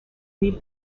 leave